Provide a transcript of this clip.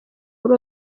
muri